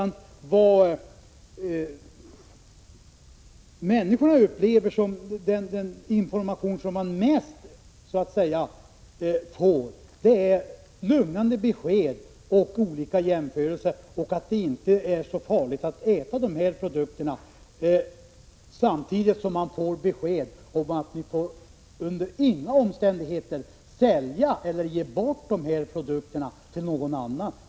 Människorna upplever att den information som de mest får är olika jämförelser och lugnande besked och uppgifter om att det inte är så farligt att äta dessa produkter — samtidigt som de får veta att de under inga omständigheter får sälja eller ge bort dem till någon annan.